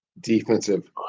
defensive